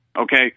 Okay